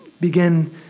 begin